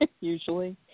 usually